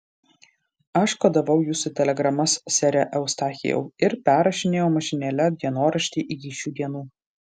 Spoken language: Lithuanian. aš kodavau jūsų telegramas sere eustachijau ir perrašinėjau mašinėle dienoraštį iki šių dienų